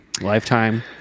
lifetime